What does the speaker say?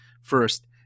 First